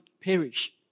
perish